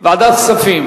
ועדת הכספים.